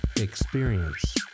Experience